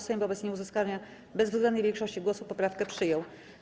Sejm wobec nieuzyskania bezwzględnej większości głosów poprawkę przyjął.